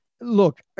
look